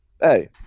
hey